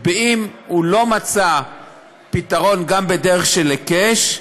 אם הוא לא מצא פתרון גם בדרך של היקש,